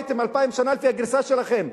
אתם לא הייתם אלפיים שנה לפי הגרסה שלכם.